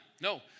No